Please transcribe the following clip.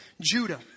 Judah